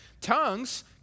Tongues